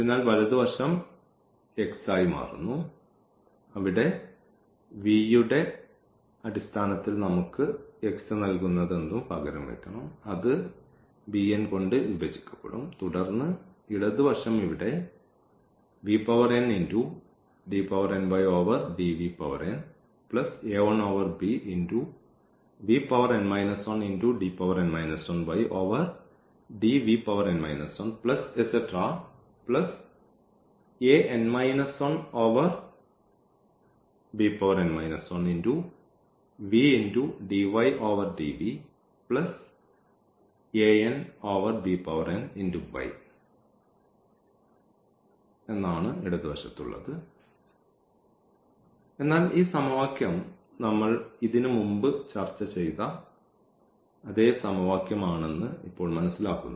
അതിനാൽ വലതുവശം ഈ x ആയി മാറുന്നു അവിടെ v യുടെ അടിസ്ഥാനത്തിൽ നമുക്ക് അവിടെ x നൽകുന്നതെന്തും പകരം വയ്ക്കണം അത് ഈ bn കൊണ്ട് വിഭജിക്കപ്പെടും തുടർന്ന് ഇടതു വശം ഇവിടെ എന്നാൽ ഈ സമവാക്യം നമ്മൾ ഇതിനുമുമ്പ് ചർച്ച ചെയ്ത അതേ സമവാക്യം ആണെന്ന് ഇപ്പോൾ മനസ്സിലാക്കുന്നു